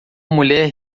mulher